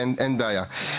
אין בעיה.